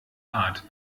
art